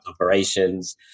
operations